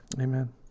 Amen